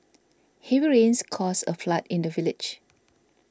heavy rains caused a flood in the village